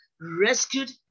rescued